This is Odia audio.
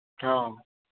ହଁ